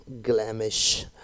glamish